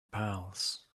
pals